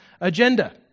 agenda